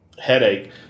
headache